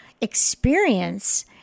experience